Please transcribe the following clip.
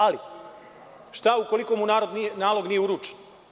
Ali, šta ukoliko mu nalog nije uručen?